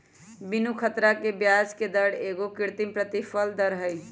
बीनू ख़तरा के ब्याजके दर एगो कृत्रिम प्रतिफल दर हई